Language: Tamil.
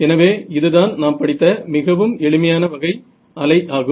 எனவே இதுதான் நாம் படித்த மிகவும் எளிமையான வகை அலை ஆகும்